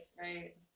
right